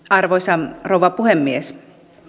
arvoisa rouva puhemies